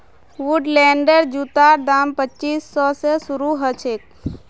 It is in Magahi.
वुडलैंडेर जूतार दाम पच्चीस सौ स शुरू ह छेक